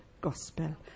gospel